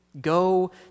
Go